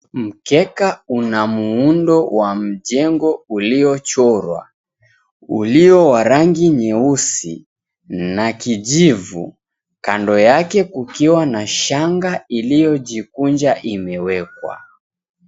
Mkekeka una muundo wa mjengo uliyochorwa, uliyo wa rangi nyeusi na kijivu. Kando yake kukiwa na shanga iliyojikunja imewekwa.